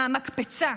מהמקפצה.